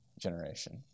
generation